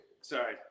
Sorry